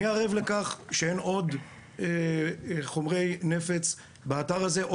מי ערב לכך שאין עוד חומרי נפץ באתר הזה או